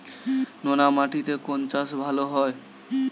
নোনা মাটিতে কোন চাষ ভালো হয়?